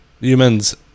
Humans